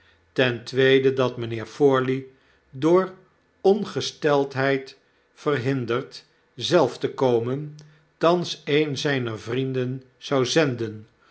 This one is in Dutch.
ten tweede dat mijnheer forley door ongesteldheid verhinderd zelf te komen thans een zijner vrienden zou zenden